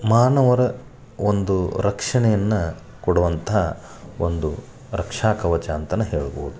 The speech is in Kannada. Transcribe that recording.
ಮಾನವರ ಒಂದು ರಕ್ಷಣೆಯನ್ನು ಕೊಡುವಂಥ ಒಂದು ರಕ್ಷಾ ಕವಚ ಅಂತಲೇ ಹೇಳ್ಬೌದು